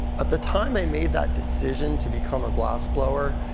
at the time i made that decision to become a glassblower,